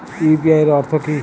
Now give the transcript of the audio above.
UPI এর অর্থ কি?